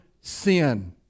sin